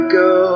go